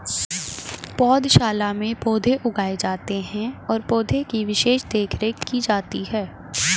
पौधशाला में पौधे उगाए जाते हैं और पौधे की विशेष देखरेख की जाती है